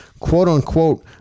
quote-unquote